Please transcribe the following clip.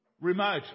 remote